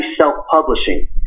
Self-Publishing